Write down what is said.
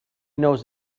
knows